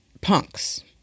punks